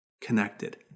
connected